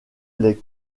les